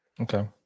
Okay